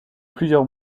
plusieurs